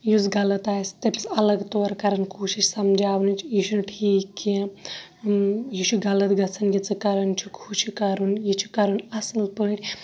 یُس غَلَط آسہِ تمِس اَلَگ طور کَران کوٗشِش سَمجاونٕچ یہِ چھُنہٕ ٹھیٖک کینٛہہ یہِ چھُ غَلَط گَژھان یہِ ژٕ کَران چھُکھ ہہُ چھُ کَرُن یہِ چھُ کَرُن اَصل پٲٹھۍ